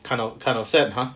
看了看了 sad !huh!